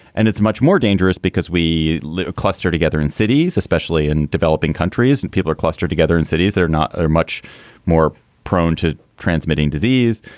and it's much more dangerous because we live cluster together in cities, especially in developing countries, and people are cluster together in cities that are not much more prone to transmitting disease.